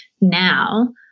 Now